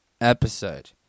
episode